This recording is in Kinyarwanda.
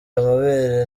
amabere